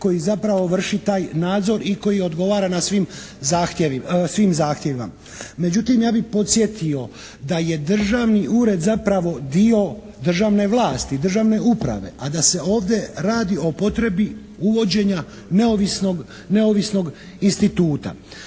koji zapravo vrši taj nadzor i koji odgovara svim zahtjevima. Međutim ja bih podsjetio da je državni ured zapravo dio državne vlasti, državne uprave, a da se ovdje radi o potrebi uvođenja neovisnog instituta.